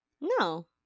no